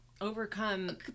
overcome